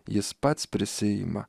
jis pats prisiima